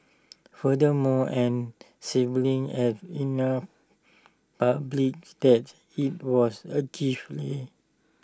furthermore an siblings had publicly that IT was A gift